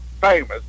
famous